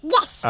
Yes